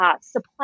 supply